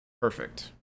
Perfect